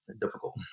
difficult